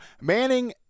Manning